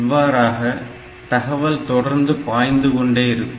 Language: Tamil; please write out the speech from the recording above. இவ்வாறாக தகவல் தொடர்ந்து பாய்ந்து கொண்டே இருக்கும்